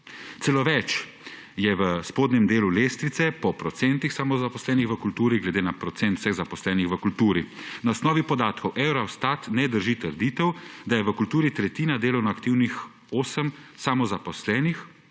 Celo več, je v spodnjem delu lestvice po procentih samozaposlenih v kulturi glede na procent vseh zaposlenih v kulturi. Na osnovi podatkov Eurostata ne drži trditev, da je v kulturi tretjina delovno aktivnih oseb samozaposlenih,